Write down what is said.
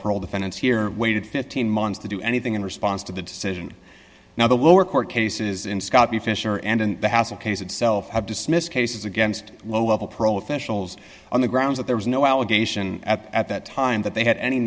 parole defendants here waited fifteen months to do anything in response to the decision now the lower court cases in scottie fisher and the hassel case itself have dismissed cases against low level pro officials on the grounds that there was no allegation at that time that they had any